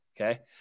okay